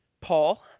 Paul